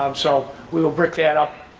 um so we will break that up,